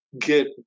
Get